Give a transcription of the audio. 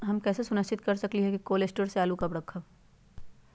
हम कैसे सुनिश्चित कर सकली ह कि कोल शटोर से आलू कब रखब?